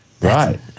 Right